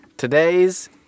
Today's